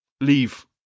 leave